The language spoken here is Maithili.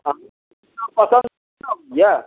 पसन्द यऽ